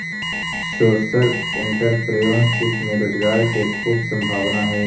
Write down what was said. social entrepreneurship में रोजगार के खूब संभावना हई